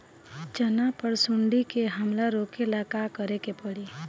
चना पर सुंडी के हमला रोके ला का करे के परी?